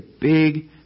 big